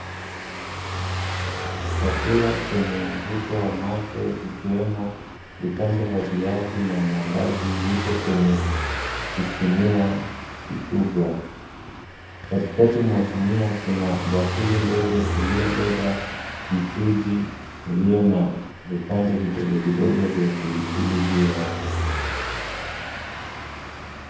Chakula chenye mvuto wa macho vikiwemo vipande vya viazi na maandazi zipo kwenye kisinia kikubwa. Katikati mwa sinia kuna bakuli ndogo iliyobeba mchuzi ulio na vipande vidogo vidogo vya pili pili juu yake.